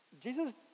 Jesus